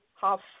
half